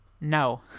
No